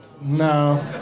No